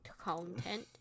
content